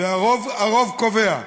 הרוב קובע,